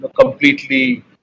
completely